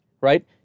right